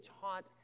taught